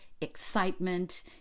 excitement